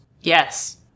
Yes